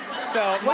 so,